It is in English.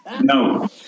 No